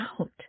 out